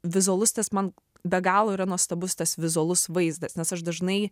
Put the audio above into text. vizualus tas man be galo yra nuostabus tas vizualus vaizdas nes aš dažnai